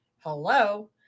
Hello